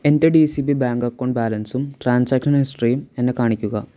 എൻ്റെ D C B bank account ബാലൻസും transaction ഹിസ്റ്ററിയും എന്നെ കാണിക്കുക